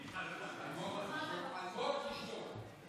אלמוג, תשתוק.